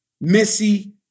Missy